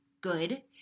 good